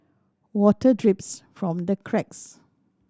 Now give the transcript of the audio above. water drips from the cracks